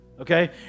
okay